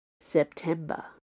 September